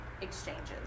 exchanges